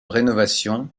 rénovation